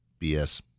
BS